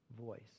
voice